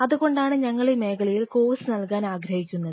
അതുകൊണ്ടാണ് ഞങ്ങൾ ഈ മേഖലയിൽ കോഴ്സ് നൽകാൻ ആഗ്രഹിക്കുന്നത്